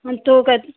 हम तो कह